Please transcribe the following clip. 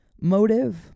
motive